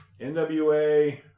NWA